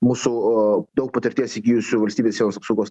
mūsų daug patirties įgijusių valstybės sienos apsaugos